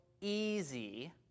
easy